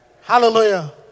Hallelujah